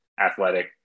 athletic